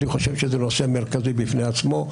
אני חושב שזה נושא מרכזי בפני עצמו.